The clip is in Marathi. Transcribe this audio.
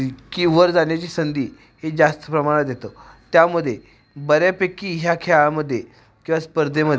इतकी वर जाण्याची संधी हे जास्त प्रमाणात येतं त्यामध्ये बऱ्यापैकी ह्या खेळामध्ये किंवा स्पर्धेमध्ये